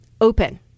Open